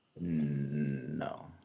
No